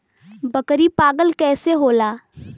बकरी पालन कैसे होला?